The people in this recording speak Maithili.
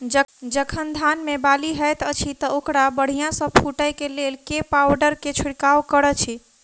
जखन धान मे बाली हएत अछि तऽ ओकरा बढ़िया सँ फूटै केँ लेल केँ पावडर केँ छिरकाव करऽ छी?